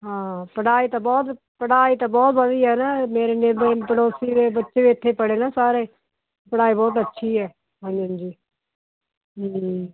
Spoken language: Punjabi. ਹਾਂ ਪੜ੍ਹਾਈ ਤਾਂ ਬਹੁਤ ਪੜ੍ਹਾਈ ਤਾਂ ਬਹੁਤ ਵਧੀਆ ਨਾ ਮੇਰੇ ਨੇਬਰ ਪੜੋਸੀ ਦੇ ਬੱਚੇ ਇੱਥੇ ਪੜ੍ਹੇ ਨੇ ਸਾਰੇ ਪੜ੍ਹਾਈ ਬਹੁਤ ਅੱਛੀ ਹੈ ਹਾਂਜੀ ਹਾਂਜੀ ਹੂੰ